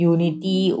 Unity